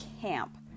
Camp